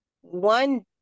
one